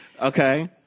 Okay